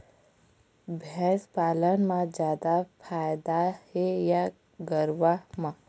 भैंस पालन म जादा फायदा हे या गरवा म?